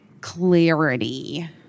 clarity